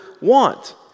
want